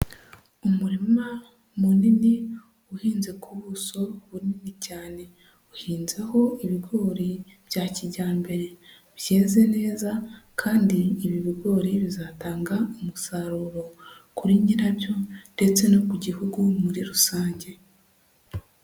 Umurima munini uhinze ku buso bunini cyane, uhinzaho ibigori bya kijyambere byeze neza kandi ibi bigori bizatanga umusaruro kuri nyirabyo ndetse no ku gihugu muri rusange.